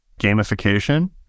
gamification